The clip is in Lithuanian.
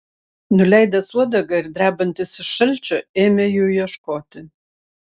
nuleidęs uodegą ir drebantis iš šalčio ėmė jų ieškoti